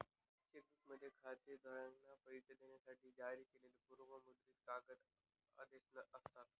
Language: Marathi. चेक बुकमध्ये खातेधारकांना पैसे देण्यासाठी जारी केलेली पूर्व मुद्रित कागदी आदेश असतात